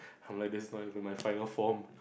I'm like this is not even my final form